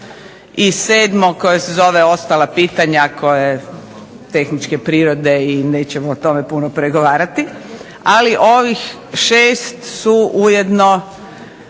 i 7. koje se zove ostala pitanja koje tehničke prirode i nećemo o tome puno pregovarati, ali ovih 6 su ujedno